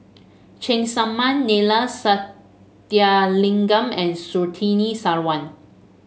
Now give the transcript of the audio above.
Cheng Tsang Man Neila Sathyalingam and Surtini Sarwan